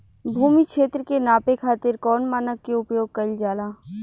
भूमि क्षेत्र के नापे खातिर कौन मानक के उपयोग कइल जाला?